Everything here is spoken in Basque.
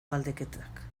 galdeketak